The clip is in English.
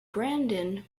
brandon